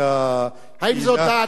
האם זאת הודעת קדימה,